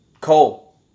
Cole